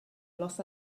los